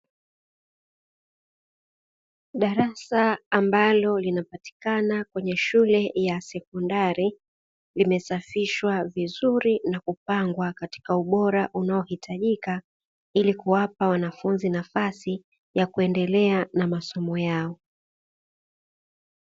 Darasa ambalo linapatikana kwenye shule ya sekondari, limesafishwa vizuri na kupangwa katika ubora unaohitajika ili kuwapa wanafunzi nafasi ya kuendelea na masomo yao.